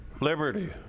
liberty